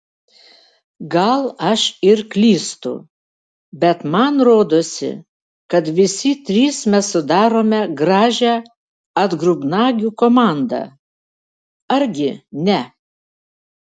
gal aš ir klystu bet man rodosi kad visi trys mes sudarome gražią atgrubnagių komandą argi ne